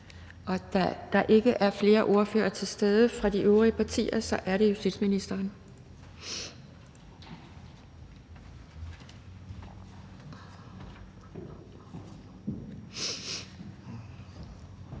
Da der ikke er flere ordførere til stede fra de øvrige partier, er det justitsministeren.